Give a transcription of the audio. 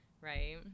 right